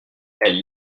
elles